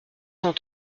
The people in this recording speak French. cent